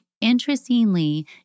Interestingly